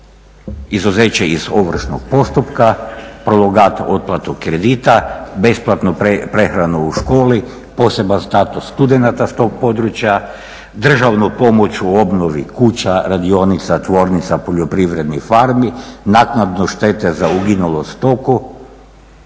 izuzeće iz ovršnog postupka, … otplatu kredita, besplatnu prehranu u školi, poseban status studenata s tog područja, državnu pomoć u obnovi kuća, radionica, tvornica, poljoprivrednih farmi, naknadno štete za uginulu stoku.